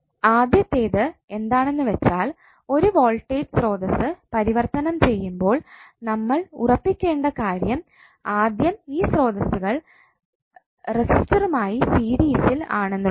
ആദ്യത്തേത് എന്താണെന്ന് വെച്ചാൽ ഒരു വോൾട്ടേജ് സ്രോതസ്സ് പരിവർത്തനം ചെയ്യുമ്പോൾ നമ്മൾ ഉറപ്പിക്കേണ്ട കാര്യം ആദ്യം ഈ സ്രോതസ്സുകൾ റെസിസ്റ്ററുമായി സീരിസിൽ ആണെന്നുള്ളതാണ്